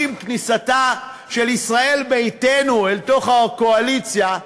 עם כניסתה של ישראל ביתנו אל תוך הקואליציה,